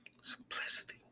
simplicity